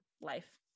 life